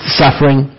suffering